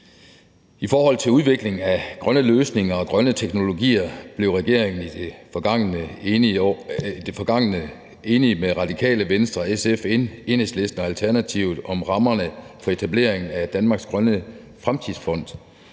I forhold til udvikling af grønne løsninger og grønne teknologier blev regeringen i det forgangne år enige med Radikale Venstre, SF, Enhedslisten og Alternativet om rammerne for etableringen af Danmarks Grønne Fremtidsfond.